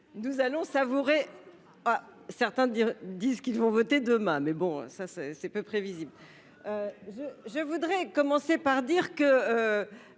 Nous allons savourer à certains dire disent qu'ils vont voter demain mais bon ça c'est c'est peu prévisible. Je voudrais commencer par dire que.